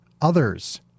others